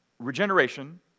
Regeneration